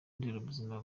nderabuzima